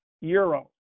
euro